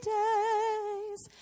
days